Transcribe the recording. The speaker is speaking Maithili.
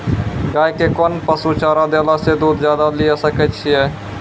गाय के कोंन पसुचारा देला से दूध ज्यादा लिये सकय छियै?